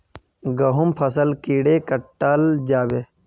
गहुम फसल कीड़े कटाल जाबे?